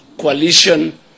coalition